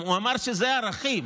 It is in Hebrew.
הוא אמר שזה ערכים.